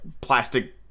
plastic